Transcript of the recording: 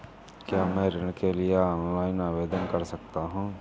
क्या मैं ऋण के लिए ऑनलाइन आवेदन कर सकता हूँ?